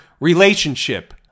relationship